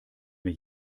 mir